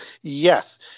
yes